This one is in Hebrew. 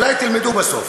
אולי תלמדו בסוף.